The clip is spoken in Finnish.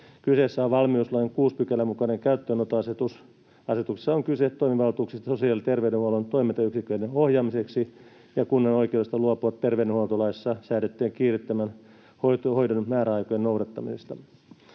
Kyseessä on valmiuslain 6 §:n mukainen käyttöönottoasetus. Asetuksessa on kyse toimivaltuuksista sosiaali- ja terveydenhuollon toimintayksiköiden ohjaamiseksi ja kunnan oikeudesta luopua terveydenhuoltolaissa säädettyjen kiireettömän hoidon määräaikojen noudattamisesta.